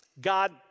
God